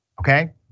okay